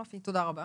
רפי, תודה רבה.